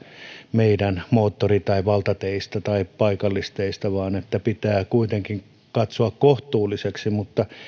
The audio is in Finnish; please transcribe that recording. meidän moottori tai valtateistä tai paikallisteistä vaan pitää kuitenkin katsoa kohtuullisesti mutta